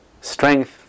strength